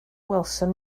welsom